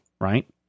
right